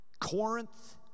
Corinth